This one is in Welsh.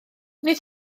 nid